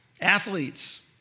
Athletes